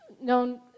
Known